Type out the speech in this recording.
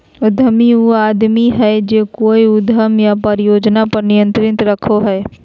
उद्यमी उ आदमी हइ जे कोय उद्यम या परियोजना पर नियंत्रण रखो हइ